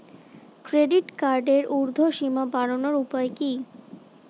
Credit কার্ডের উর্ধ্বসীমা বাড়ানোর উপায় কি?